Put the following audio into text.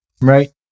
Right